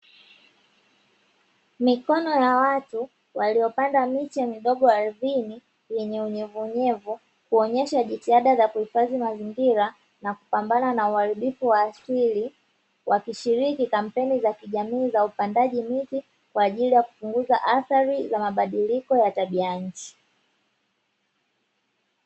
Mikono ya watu waliopanda miche midogo ardhini yenye unyevunyevu, kuonyesha jitihada za kuhifadhi mazingira na kupambana na uharibifu wa asili, wakishiriki kampemi za kijamii za upandaji wa miti kwa ajili ya kupunguza athari za mabadiliko ya tabia ya nchi.